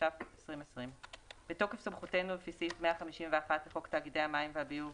התש"ף-2020 בתוקף סמכותנו לפי סעיף 151 לחוק תאגידי המים והביוב,